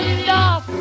stop